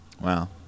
Wow